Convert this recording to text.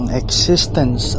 existence